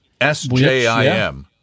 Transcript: SJIM